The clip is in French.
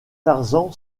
tarzan